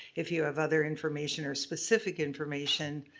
if you have other information or specific information,